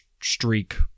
streak